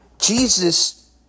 Jesus